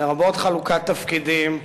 לרבות חלוקת תפקידים,